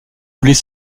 voulait